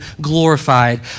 glorified